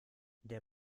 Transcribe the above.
der